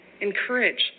encourage